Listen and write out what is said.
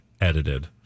edited